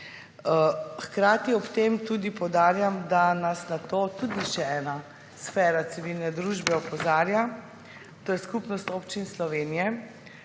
Hkrati ob tem tudi poudarjam, da nas na to tudi še ena sfera civilne družbe opozarja, to je Skupnost občin Slovenije,